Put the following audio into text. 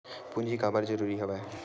पूंजी काबर जरूरी हवय?